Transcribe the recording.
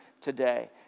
today